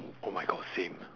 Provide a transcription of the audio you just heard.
oh my god same